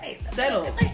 settle